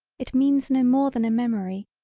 it means no more than a memory,